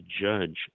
judge